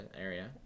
area